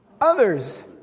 others